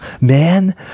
man